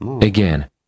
Again